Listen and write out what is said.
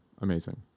Amazing